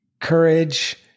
courage